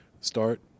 start